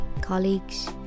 colleagues